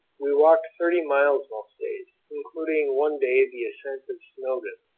we walked thirty miles most days, including one day the ascent of snowdon.